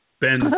Ben